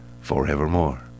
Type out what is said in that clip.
forevermore